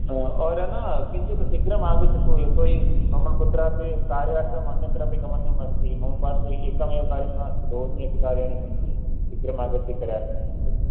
or न किञ्चित् शीघ्रमागच्छतु यहो हि मम कुत्रापि कार्यार्थम् अन्यत्रापि गमनियमस्ति मम पार्स्वे एकमेव कार्यं नास्ति बहून्यपि कार्याणि सन्ति शीघ्रमागत्य कार्यारम्भं करोतु